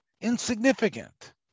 insignificant